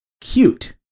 Cute